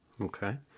Okay